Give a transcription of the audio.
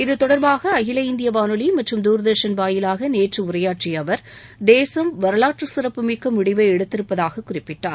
இது தொடர்பாக அகில இந்திய வானொலி மற்றும் தூர்தர்ஷன் வாயிலாக நேற்று உரையாற்றிய அவர் தேசம் வரலாற்றுச் சிறப்புமிக்க முடிவை எடுத்திருப்பதாக குறிப்பிட்டார்